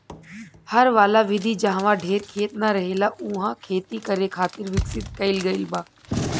हर वाला विधि जाहवा ढेर खेत ना रहेला उहा खेती करे खातिर विकसित कईल गईल बा